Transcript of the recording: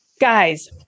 guys